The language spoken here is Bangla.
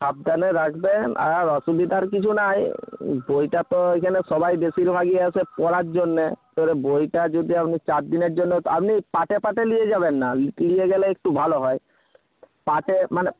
সাবধানে রাখবেন আর অসুবিধার কিছু নেই বইটা তো এখানে সবাই বেশিরভাগই আসে পড়ার জন্যে এবারে বইটা যদি আপনি চার দিনের জন্য আপনি পার্টে পার্টে নিয়ে যাবেন না নিয়ে গেলে একটু ভালো হয় পার্টে মানে